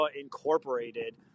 Incorporated